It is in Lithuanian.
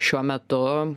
šiuo metu